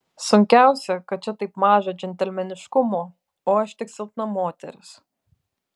sunkiausia kad čia taip maža džentelmeniškumo o aš tik silpna moteris